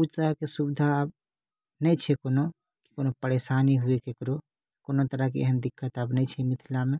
ओ तरहके सुविधा आब नहि छै कोनो कोनो परेशानी होइ ककरो कोनो तरहके एहन दिक्कत आब नहि छै मिथिलामे